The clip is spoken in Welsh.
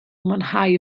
mwynhau